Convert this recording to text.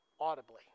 Audibly